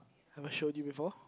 have I showed you before